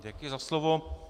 Děkuji za slovo.